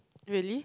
really